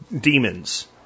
demons